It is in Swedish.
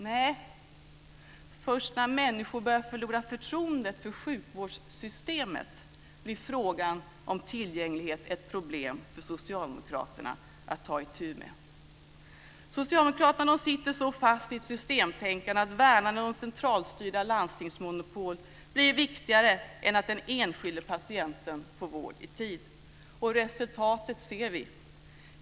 Nej, först när människor börjar förlora förtroendet för sjukvårdssystemet blir frågan om tillgänglighet ett problem för socialdemokraterna att ta itu med. Socialdemokraterna sitter så fast i ett systemtänkande att värnandet om centralstyrda landstingsmonopol blir viktigare än att den enskilde patienten får vård i tid. Resultatet ser vi.